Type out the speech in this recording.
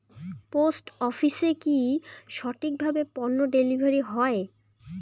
Post অফিসে কি সঠিক কিভাবে পন্য ডেলিভারি হয়?